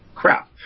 crap